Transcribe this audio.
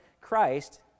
Christ